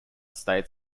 states